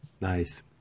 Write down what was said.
Nice